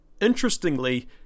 Interestingly